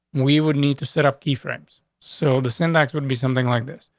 we would need to set up key frames. so the syntax would be something like this.